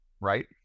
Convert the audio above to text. right